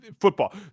football